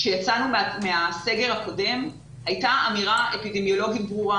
כשיצאנו מהסגר הקודם הייתה אמירה אפידמיולוגית ברורה.